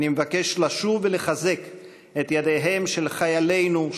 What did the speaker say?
אני מבקש לשוב ולחזק את ידיהם של חיילינו,